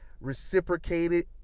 reciprocated